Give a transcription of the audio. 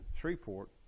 Shreveport